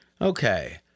Okay